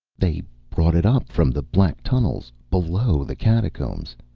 they brought it up from the black tunnels below the catacombs.